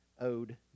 owed